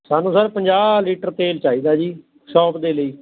ਸਾਨੂੰ ਸਰ ਪੰਜਾਹ ਲੀਟਰ ਤੇਲ ਚਾਹੀਦਾ ਜੀ ਸ਼ੋਪ ਦੇ ਲਈ